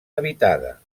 habitada